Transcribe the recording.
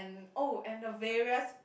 oh and the various